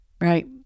right